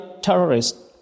terrorists